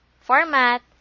format